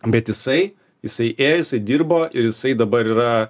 bet jisai jisai ėjo jisai dirbo ir jisai dabar yra